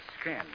skin